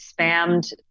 spammed